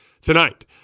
tonight